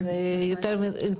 אני